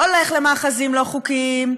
הולך למאחזים לא חוקיים,